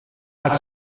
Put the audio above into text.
hat